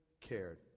cared